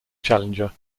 challenger